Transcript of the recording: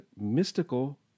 mystical